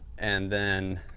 and then